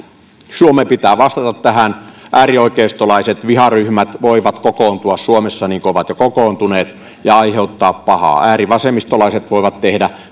suomen pitää vastata tähän äärioikeistolaiset viharyhmät voivat kokoontua suomessa niin kuin ovat jo kokoontuneet ja aiheuttaa pahaa äärivasemmistolaiset voivat tehdä